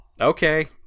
Okay